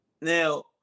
Now